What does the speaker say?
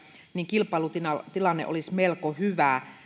kilpailutilanne olisi melko hyvä